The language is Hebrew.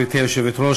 גברתי היושבת-ראש,